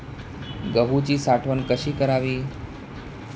गहूची साठवण कशी करावी?